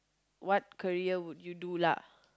what career would you do lah